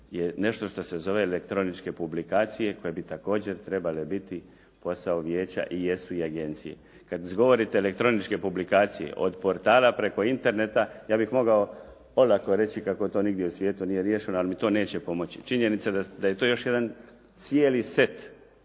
nešto što se zove elektroničke publikacije koje bi također trebale biti posao vijeća i jesu i agencije. Kad izgovorite elektroničke publikacije od portala preko interneta ja bih mogao olako reći kako to nigdje u svijetu nije riješeno ali mi to neće pomoći. Činjenica je da je to još jedan cijeli set